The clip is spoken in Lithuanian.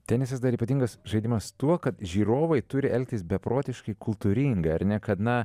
tenisas dar ypatingas žaidimas tuo kad žiūrovai turi elgtis beprotiškai kultūringai ar ne kad na